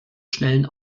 schnellen